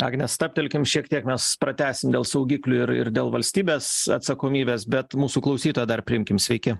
agne stabtelkim šiek tiek mes pratęsim dėl saugiklių ir ir dėl valstybės atsakomybės bet mūsų klausytoją dar priimkim sveiki